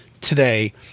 today